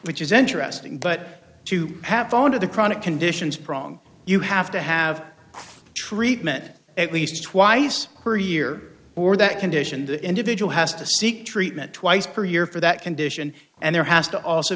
which is interesting but to have gone to the chronic conditions prong you have to have treatment at least twice per year or that condition the individual has to seek treatment twice per year for that condition and there has to also